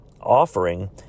offering